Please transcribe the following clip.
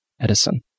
Edison